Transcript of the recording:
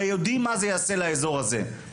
הרי יודעים מה זה יעשה לאזור הזה,